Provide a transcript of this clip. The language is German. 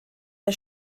der